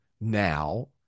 now